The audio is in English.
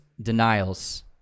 denials